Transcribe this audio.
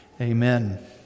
Amen